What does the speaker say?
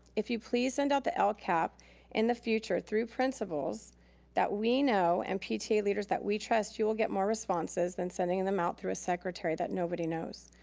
if you please send out the lcap in the future through principals that we know and pta leaders that we trust, you will get more responses than sending and them out through a secretary that nobody knows.